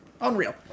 Unreal